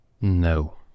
No